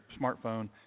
smartphone